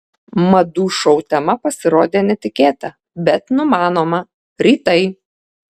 madų šou tema pasirodė netikėta bet numanoma rytai